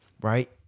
right